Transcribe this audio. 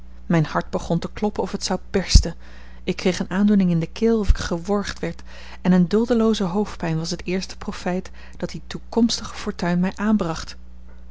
mijn hart begon te kloppen of het zou bersten ik kreeg een aandoening in de keel of ik geworgd werd en een duldelooze hoofdpijn was het eerste profijt dat die toekomstige fortuin mij aanbracht